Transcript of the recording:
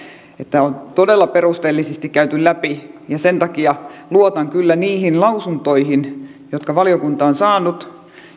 asia on todella perusteellisesti käyty läpi ja sen takia luotan kyllä niihin lausuntoihin jotka valiokunta on saanut